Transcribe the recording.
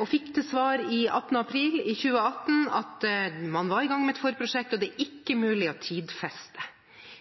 og fikk til svar 18. april 2018 at man var i gang med et forprosjekt, men det var ikke mulig å tidfeste.